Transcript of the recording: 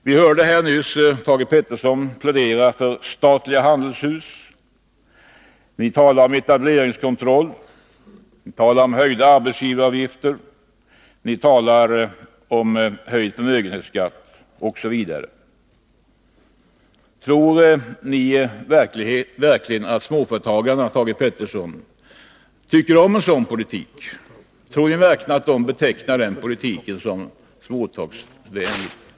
Vi hörde nyss Thage Peterson plädera för statliga handelshus. Ni talar om etableringskontroll, höjda arbetsgivaravgifter, höjd förmögenhetsskatt osv. Tror Thage Peterson verkligen att småföretagarna uppskattar en sådan politik? Tror ni verkligen att de betecknar den politiken som småföretagarvänlig?